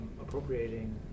appropriating